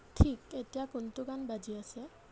ঠিক এতিয়া কোনটো গীত বাজি আছে